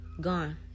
Gone